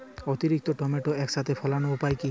অতিরিক্ত টমেটো একসাথে ফলানোর উপায় কী?